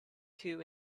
two